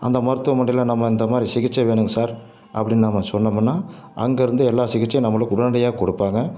அந்த மருத்துவ மன்யில நம்ம இந்தமாதிரி சிகிச்சை வேணுங்க சார் அப்படினு நம்ம சொன்னோமுன்னா அங்கேருந்து எல்லா சிகிச்சையும் நம்மளுக்கு உடனடியாக கொடுப்பாங்க